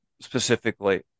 specifically